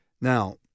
Now